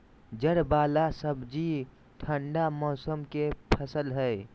जड़ वाला सब्जि ठंडा मौसम के फसल हइ